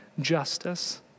justice